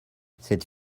cette